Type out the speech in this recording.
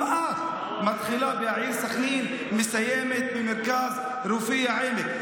גם את מתחילה ב"העיר סח'נין" ומסיימת ב"מרכז רפואי העמק".